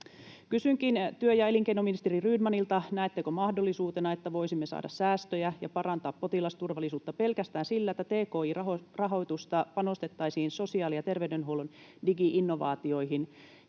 Kysynkin työ- ja elinkeinoministeri Rydmanilta: näettekö mahdollisuutena, että voisimme saada säästöjä ja parantaa potilasturvallisuutta pelkästään sillä, että tki-rahoitusta panostettaisiin sosiaali- ja terveydenhuollon digi-innovaatioihin?